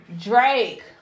Drake